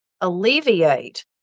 alleviate